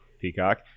Peacock